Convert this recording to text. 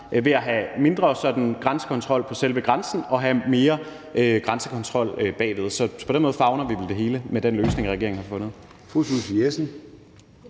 ved at have mindre grænsekontrol på selve grænsen og have mere grænsekontrol bagved. Så på den måde favner vi vel det hele med den løsning, regeringen har fundet.